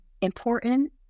important